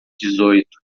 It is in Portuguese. dezoito